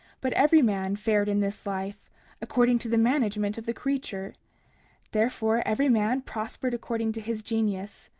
but every man fared in this life according to the management of the creature therefore every man prospered according to his genius,